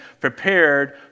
prepared